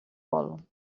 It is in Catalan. vol